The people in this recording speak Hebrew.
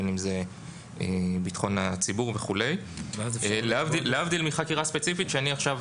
בין אם זה ביטחון הציבור וכולי להבדיל מחקירה ספציפית שאני עכשיו